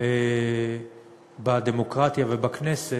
בדמוקרטיה ובכנסת,